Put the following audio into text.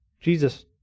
Jesus